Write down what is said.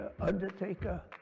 undertaker